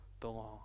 belong